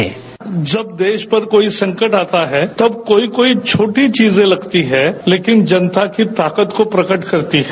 bite जब देश पर कोई संकट आता है तब कोई कोई छोटी चीजे लगती है लेकिन जनता की ताकत को प्रकट करती है